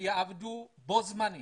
ויעבוד בו זמנית